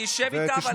אני אשב איתך,